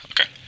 okay